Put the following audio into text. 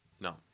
No